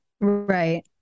Right